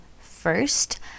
first